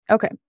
Okay